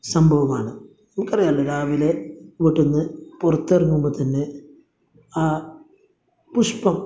സംഭവമാണ് നിങ്ങൾക്ക് അറിയാലോ രാവിലെ വീട്ടിൽ നിന്ന് പുറത്തിറങ്ങുമ്പോൾ തന്നെ ആ പുഷ്പം